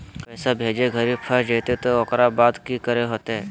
पैसा भेजे घरी फस जयते तो ओकर बाद की करे होते?